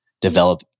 develop